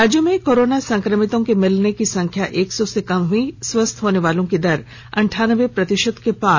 राज्य में कोरोना संक्रमितों के मिलने की संख्या एक सौ से कम हुई स्वस्थ होने वालों की दर अंठानबे प्रतिशत के पार